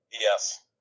Yes